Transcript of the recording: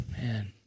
Man